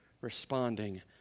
responding